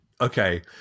okay